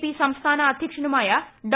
P സംസ്ഥാന അദ്ധ്യക്ഷനുമായ ഡോ